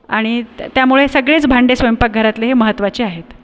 आणि त्या त्यामुळे सगळेच भांडे स्वयंपाकघरातले हे महत्वाचे आहेत